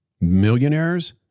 Millionaires